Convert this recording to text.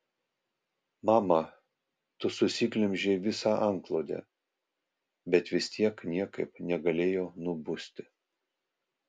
mama tu susiglemžei visą antklodę bet vis tiek niekaip negalėjo nubusti